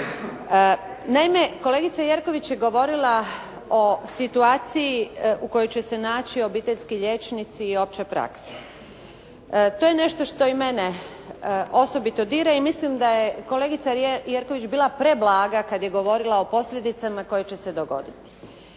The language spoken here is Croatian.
Naime, kolegica Jerković je govorila o situaciji u kojoj će se naći obiteljski liječnici i opće prakse. To je nešto što i mene osobito dira i mislim da je kolegica Jerković bila preblaga kada je govorila o posljedicama koje će se dogoditi.